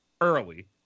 early